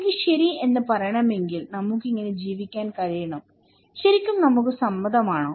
എനിക്ക് ശരി എന്ന് പറയണമെങ്കിൽ നമുക്ക് ഇങ്ങനെ ജീവിക്കാൻ കഴിയണം ശരിക്കും നമുക്ക് സമ്മതമാണോ